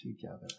together